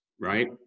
right